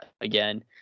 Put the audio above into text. again